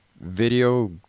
video